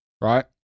right